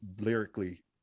lyrically